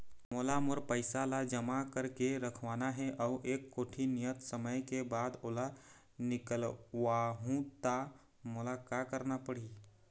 मोला मोर पैसा ला जमा करके रखवाना हे अऊ एक कोठी नियत समय के बाद ओला निकलवा हु ता मोला का करना पड़ही?